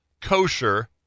Kosher